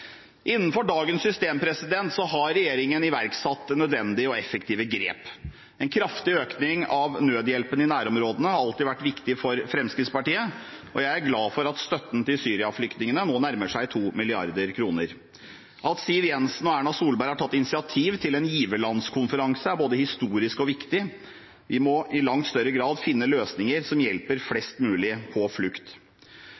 Innenfor dagens system har regjeringen iverksatt nødvendige og effektive grep. En kraftig økning av nødhjelpen i nærområdene har alltid vært viktig for Fremskrittspartiet, og jeg er glad for at støtten til Syria-flyktningene nå nærmer seg 2 mrd. kr. At Siv Jensen og Erna Solberg har tatt initiativ til en giverlandskonferanse, er både historisk og viktig. Vi må i langt større grad finne løsninger som hjelper flest mulig som er på flukt.